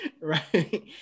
Right